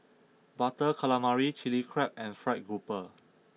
Butter Calamari Chilli Crab and Fried Grouper